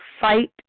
fight